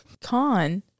con